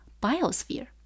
biosphere